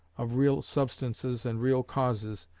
of real substances and real causes,